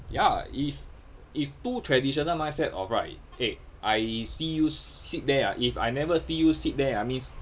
ya it's it's too traditional mindset of right eh I see you sit there ah if I never see you sit there ah means